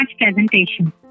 Presentation